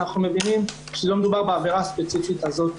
אנחנו מבינים שלא מדובר בעבירה הספציפית הזאת.